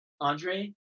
Andre